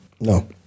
No